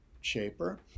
shaper